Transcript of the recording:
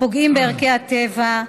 הפוגעים בערכי הטבע,